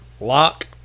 lock